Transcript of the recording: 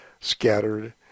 scattered